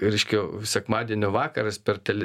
reiškia sekmadienio vakaras per tel